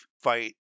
fight